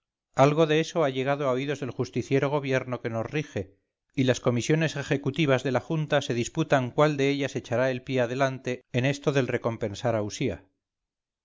algo de esto ha llegado a oídos del justiciero gobierno que nos rige y las comisiones ejecutivas de la junta se disputan cuál de ellas echará el pie adelante en esto del recompensar